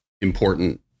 important